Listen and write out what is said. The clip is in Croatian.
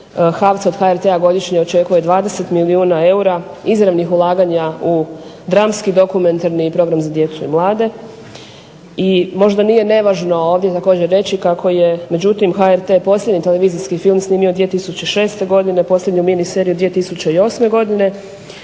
HAVS od HRT-a godišnje očekuje 20 milijuna eura izravnih ulaganja u dramski, dokumentarni i program za djecu i mlade i možda nije nevažno ovdje reći kako je HRT posljednji televizijski film snimio 2006. godine, posljednju mini seriju 2008. godine,